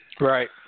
Right